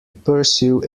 pursue